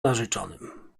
narzeczonym